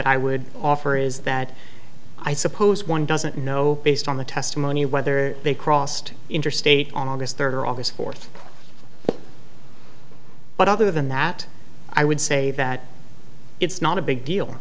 i would offer is that i suppose one doesn't know based on the testimony whether they crossed interstate on august third or always forth but other than that i would say that it's not a big deal